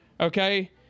Okay